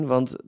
Want